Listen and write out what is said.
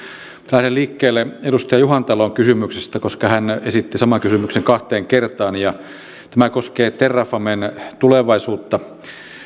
lähden liikkeelle edustaja juhantalon kysymyksestä koska hän esitti saman kysymyksen kahteen kertaan ja tämä koskee terrafamen tulevaisuutta